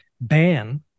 ban